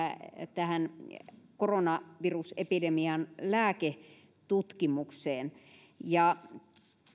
koronavirusepidemian lääketutkimukseen